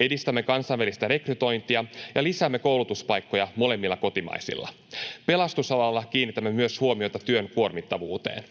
Edistämme kansainvälistä rekrytointia ja lisäämme koulutuspaikkoja molemmilla kotimaisilla. Pelastusalalla kiinnitämme huomiota myös työn kuormittavuuteen.